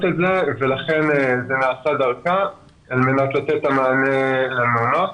את זה ולכן זה נעשה דרכה על מנת לתת את המענה למעונות.